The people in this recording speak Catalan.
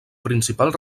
principal